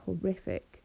horrific